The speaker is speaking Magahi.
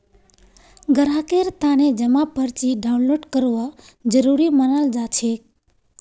ग्राहकेर तने जमा पर्ची डाउनलोड करवा जरूरी मनाल जाछेक